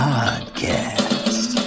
Podcast